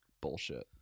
bullshit